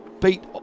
beat